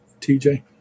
TJ